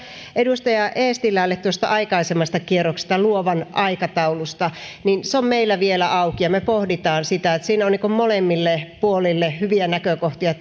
edustaja eestilälle aikaisemmalta kierrokselta luovan aikataulusta se on meillä vielä auki ja me pohdimme sitä siinä on molemmille puolille hyviä näkökohtia